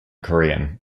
korean